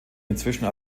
inzwischen